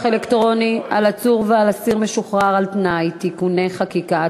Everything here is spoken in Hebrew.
אלקטרוני על עצור ועל אסיר משוחרר על-תנאי (תיקוני חקיקה),